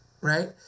right